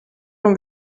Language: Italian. non